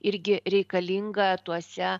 irgi reikalinga tuose